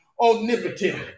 omnipotent